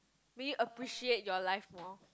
being appreciate your life more